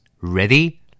Ready